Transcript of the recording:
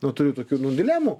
na turiu tokių dilemų